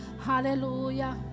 hallelujah